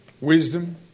wisdom